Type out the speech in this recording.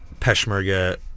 Peshmerga